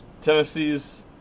Tennessee's